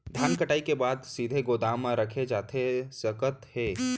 धान कटाई के बाद का सीधे गोदाम मा रखे जाथे सकत हे?